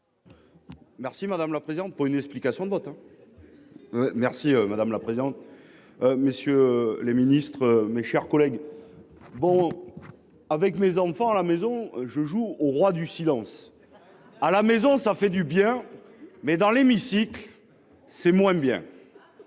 Merci madame la présidente pour une explication de vote. Merci madame la présidente. Messieurs les ministres, mes chers collègues. Bon. Avec mes enfants à la maison je joue au roi du silence. À la maison, ça fait du bien. Mais dans l'hémicycle. C'est moins bien.